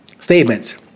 statements